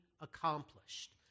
Accomplished